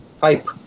pipe